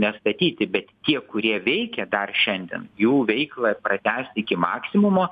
nestatyti bet tie kurie veikia dar šiandien jų veiklą pratęst iki maksimumo